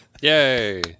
Yay